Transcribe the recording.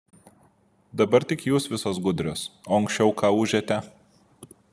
dabar tik jūs visos gudrios o anksčiau ką ūžėte